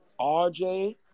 RJ